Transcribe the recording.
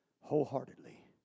wholeheartedly